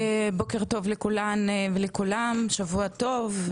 בוקר טוב לכולן ולכולם, שבוע טוב.